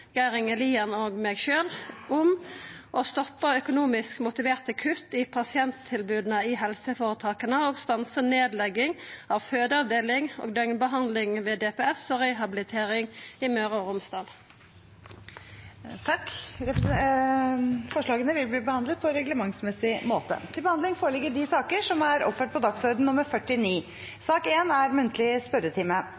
Geir Inge Lien og meg sjølv om å stoppa økonomisk motiverte kutt i pasienttilboda i helseføretaka og stansa nedlegging av fødeavdeling og døgnbehandling ved DPS og rehabilitering i Møre og Romsdal. Forslagene vil bli behandlet på reglementsmessig måte.